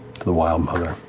the wildmother.